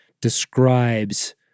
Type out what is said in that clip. describes